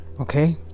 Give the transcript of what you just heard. Okay